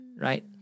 Right